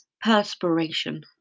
Perspiration